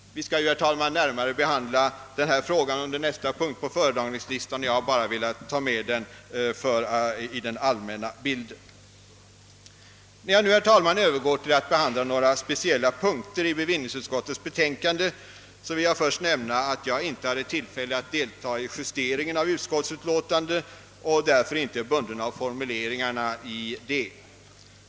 Vi skall, herr talman, närmare behandla denna fråga under nästa punkt på föredragningslistan — jag har nu bara velat ta med den i den allmänna bilden. När jag nu Övergår till att behandla några speciella punkter i bevillningsutskottets betänkande, vill jag först nämna att jag inte hade tillfälle att delta i justeringen av utskottsutlåtandet och därför inte är bunden av formuleringarna i detta.